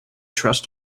trust